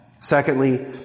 Secondly